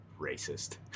Racist